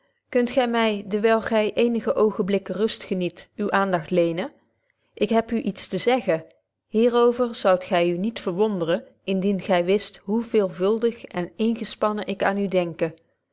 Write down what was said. kunt gy my terwyl gy eenige oogenblikken rust geniet uw aandagt lenen ik heb u iets te zeggen hier over zoudt gy u niet verwonderen indien gy wist hoe veelvuldig en ingespannen ik aan u denke